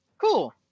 cool